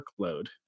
workload